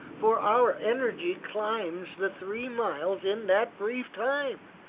for our energy climbs the three miles in that brief time.